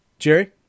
Jerry